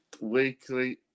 weekly